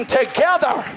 together